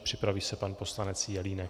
Připraví se pan poslanec Jelínek.